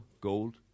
gold